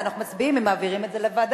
אז אנחנו מצביעים ומעבירים את זה לוועדה.